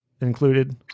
included